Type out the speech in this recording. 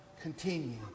continue